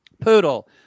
Poodle